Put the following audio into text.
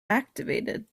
activated